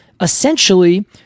essentially